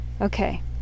Okay